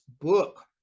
book